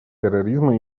терроризма